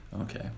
Okay